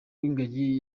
w’ingagi